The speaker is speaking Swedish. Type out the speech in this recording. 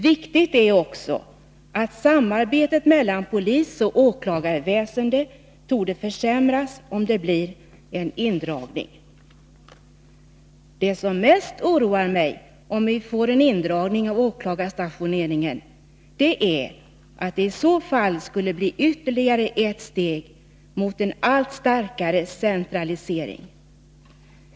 Viktigt är också att samarbetet mellan polisoch åklagarväsendet torde försämras om det blir en indragning. Det som mest oroar mig om vi får en indragning av åklagarstationeringen är att det i så fall skulle bli ytterligare ett steg mot en allt starkare centralisering.